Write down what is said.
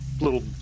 little